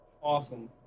awesome